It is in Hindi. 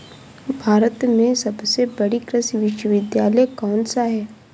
भारत में सबसे बड़ा कृषि विश्वविद्यालय कौनसा है?